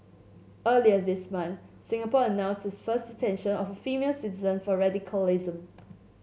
earlier this month Singapore announced its first detention of female citizen for radicalism